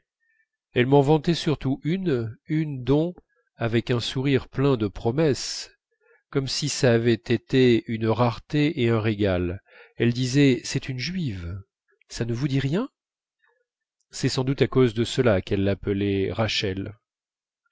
elle m'en vantait surtout une une dont avec un sourire plein de promesses comme si ç'avait été une rareté et un régal elle disait c'est une juive ça ne vous dit rien c'est sans doute à cause de cela qu'elle l'appelait rachel